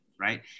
right